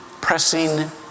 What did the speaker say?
pressing